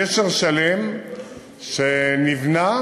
גשר שלם שנבנה